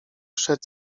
szedł